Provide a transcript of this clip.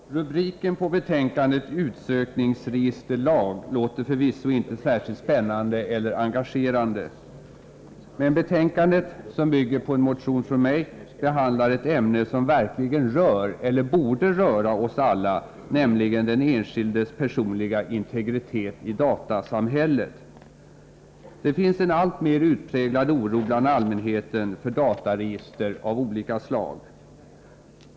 Fru talman! Rubriken på betänkandet, Utsökningsregisterlag, låter förvisso inte särskilt spännande eller engagerande. Men betänkandet, som bygger på en motion från mig, behandlar ett ämne som verkligen rör eller borde röra oss alla, nämligen den enskildes personliga integritet i datasamhället. Det finns bland allmänheten en alltmer utpräglad oro för dataregister av olika slag.